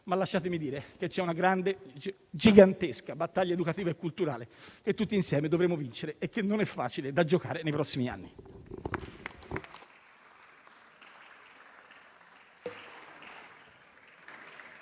lasciatemi dire, però, che c'è una grande e gigantesca battaglia educativa e culturale che tutti insieme dovremo vincere e che non è facile da giocare nei prossimi anni.